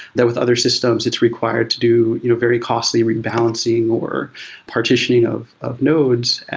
that with other systems it's required to do you know very costly rebalancing, or partitioning of of nodes.